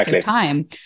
time